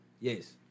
yes